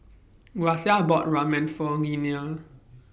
Gracia bought Ramen For Leana